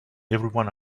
everyone